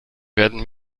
werden